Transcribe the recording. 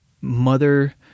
mother